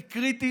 היא קריטית,